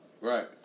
Right